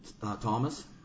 Thomas